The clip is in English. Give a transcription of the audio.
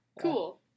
Cool